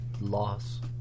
loss